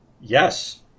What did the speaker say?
yes